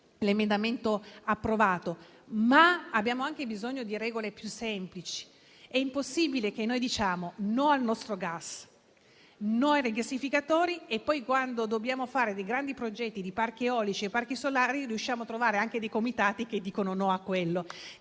l'emendamento approvato), ma abbiamo bisogno anche di regole più semplici. È impossibile che diciamo no al nostro gas e ai rigassificatori, ma poi, quando dobbiamo fare grandi progetti di parchi eolici e di parchi solari, riusciamo a trovare comitati che dicono no anche